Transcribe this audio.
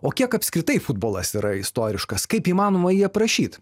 o kiek apskritai futbolas yra istoriškas kaip įmanoma jį aprašyt